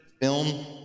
film